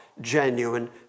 genuine